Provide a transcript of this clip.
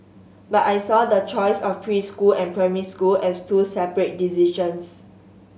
but I saw the choice of preschool and primary school as two separate decisions